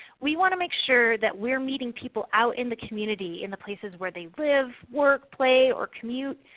we want to make sure that we are meeting people out in the community in the places where they live, work, play, or commute.